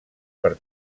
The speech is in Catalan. per